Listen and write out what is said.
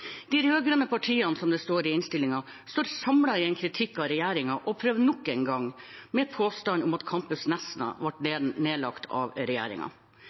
De rød-grønne partiene står, som det står i innstillingen, samlet i en kritikk av regjeringen og prøver nok en gang med påstanden om at Campus Nesna ble nedlagt av